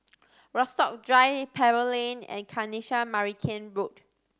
Rasok Drive Pebble Lane and Kanisha Marican Road